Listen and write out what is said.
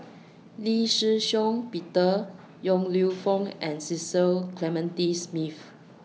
Lee Shih Shiong Peter Yong Lew Foong and Cecil Clementi Smith